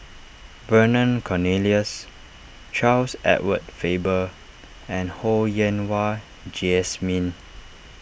Vernon Cornelius Charles Edward Faber and Ho Yen Wah Jesmine